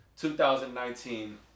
2019